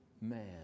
man